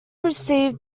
received